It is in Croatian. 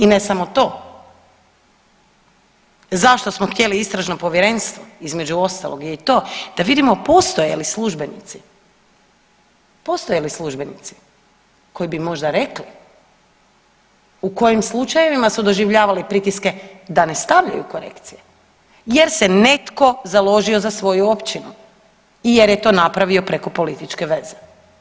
I ne samo to, zašto smo htjeli istražno povjerenstvo između ostalog i to da vidimo postoje li službenici, postoje li službenici koji bi možda rekli u kojim slučajevima su doživljavali pritiske da ne stavljaju korekcije, jer se netko založio za svoju općinu i jer je to napravio preko političke veze.